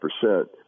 percent